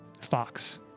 Fox